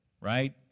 right